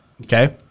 Okay